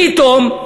פתאום,